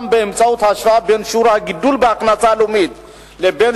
באמצעות השוואה בין שיעור הגידול בהכנסה הלאומית לבין